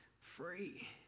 free